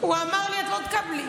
הוא אמר לי: את לא תקבלי.